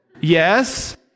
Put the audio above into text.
yes